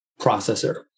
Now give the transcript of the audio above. processor